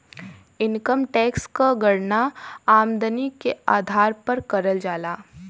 income tax क गणना आमदनी के आधार पर करल जाला